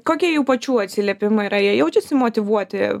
kokie jų pačių atsiliepimai yra jie jaučiasi motyvuoti